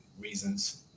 reasons